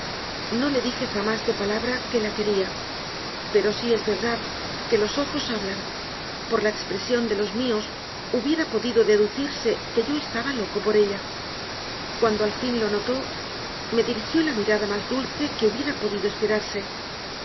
no le dije jamás de palabra que la quería pero si es verdad que los ojos hablan por la expresión de los míos hubiera podido deducirse que yo estaba loco por ella cuando al fin lo notó me dirigió la mirada más dulce que hubiera podido esperarse